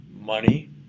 money